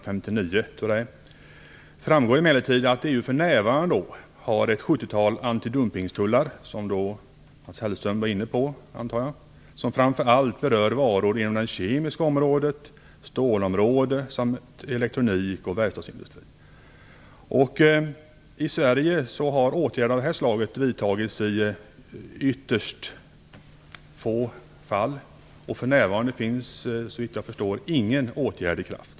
framgår emellertid att EU för närvarande har ett 70 tal antidumpingstullar, vilket Mats Hellström berörde, som framför allt gäller varor inom det kemiska området, stålområdet samt elektronik och verkstadsområdet. I Sverige har åtgärder av detta slag vidtagits i ytterst få fall. För närvarande finns, såvitt jag förstår, inte någon åtgärd i kraft.